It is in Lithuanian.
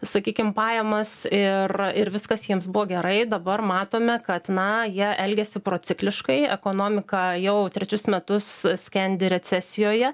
sakykim pajamas ir ir viskas jiems buvo gerai dabar matome kad na jie elgiasi procikliškai ekonomika jau trečius metus skendi recesijoje